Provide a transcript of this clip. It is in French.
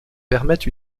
permettent